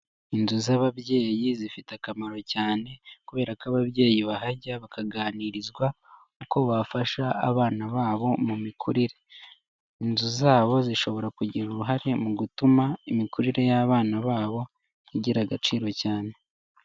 Inzu z'ababyeyi zifite akamaro cyane kubera ko ababyeyi bahajya, bakaganirizwa uko bafasha abana babo mu mikurire. Inzu zabo zishobora kugira uruhare mu gutuma imikurire y'abana babo igira agaciro cyane.